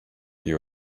you